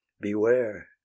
beware